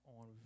on